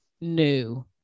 new